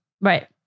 right